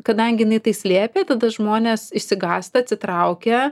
kadangi jinai tai slėpė tada žmonės išsigąsta atsitraukia